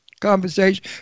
conversation